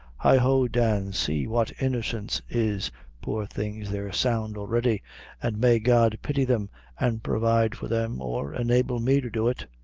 heighho, dan, see what innocence is poor things, they're sound already an' may god pity them an' provide for them, or enable me to do it!